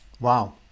Wow